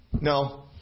No